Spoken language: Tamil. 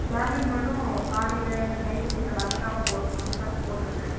டேப்லெட் மட்டும் காலையில் நைட்டுக்கு இதை மறந்துவிடாம போ மறந்தாமல் போட்டுருங்க